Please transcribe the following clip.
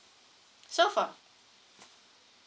so for